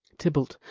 tybalt,